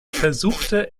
versuchte